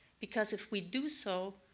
because if we do so,